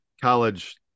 college